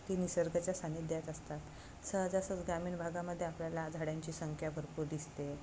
ती निसर्गाच्या सान्निध्यात असतात सहजासहजी ग्रामीण भागामध्ये आपल्याला झाडांची संख्या भरपूर दिसते